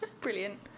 Brilliant